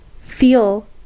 Feel